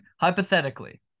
hypothetically